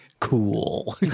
Cool